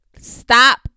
stop